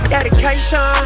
Dedication